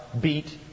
beat